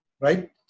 Right